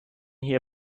hier